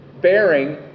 bearing